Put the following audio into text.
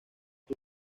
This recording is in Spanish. sus